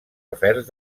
afers